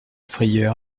frayeur